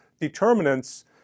determinants